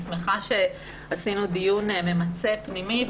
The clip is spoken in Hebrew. אני שמחה שקיימנו דיון ממצה פנימי,